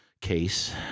case